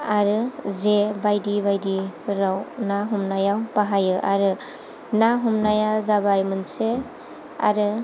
आरो जे बायदि बायदिफोराव ना हमनायाव बाहायो आरो ना हमनाया जाबाय मोनसे आरो